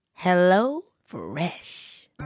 HelloFresh